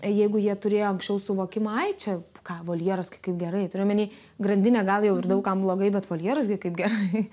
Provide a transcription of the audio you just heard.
jeigu jie turėjo anksčiau suvokimą ai čia ką voljeras kaip gerai turiu omeny grandinė gal jau ir daug kam blogai bet voljeras gi kaip gerai